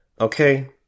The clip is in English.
Okay